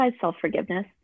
self-forgiveness